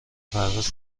پرواز